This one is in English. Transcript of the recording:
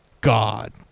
God